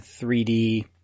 3D